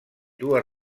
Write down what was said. dues